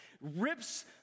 rips